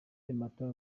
samantha